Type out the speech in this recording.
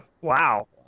Wow